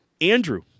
Andrew